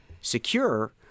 secure